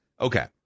Okay